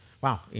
Wow